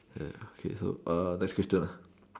ya okay so err next question lah